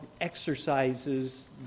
exercises